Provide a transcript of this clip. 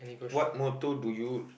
what motto do you